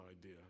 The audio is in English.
idea